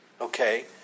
Okay